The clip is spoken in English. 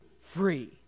free